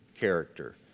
character